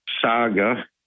saga